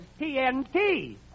TNT